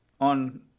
On